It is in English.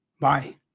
Bye